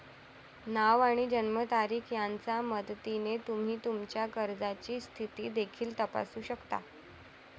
नाव आणि जन्मतारीख यांच्या मदतीने तुम्ही तुमच्या कर्जाची स्थिती देखील तपासू शकता